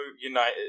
United